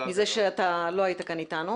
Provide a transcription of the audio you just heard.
גישה שבחרו לנקוט בה כלפי המפגינים.